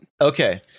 Okay